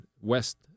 West